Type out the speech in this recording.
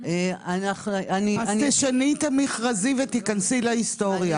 אז תשני את המכרזים ותכנסי להיסטוריה.